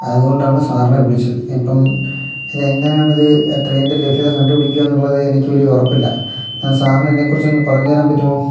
അതുകൊണ്ടാണ് സാറിനെ വിളിച്ചത് ഇപ്പം ഇത് എങ്ങനെയാണ് ഇത് ആ ട്രെയിനിൻ്റെ ലഭ്യത കണ്ടുപിടിക്കുക എന്നുള്ളത് എനിക്ക് ഒരു ഉറപ്പില്ല ഞാൻ സാറിന് അതിനെക്കുറിച്ചൊന്ന് പറഞ്ഞു തരാൻ പറ്റുമോ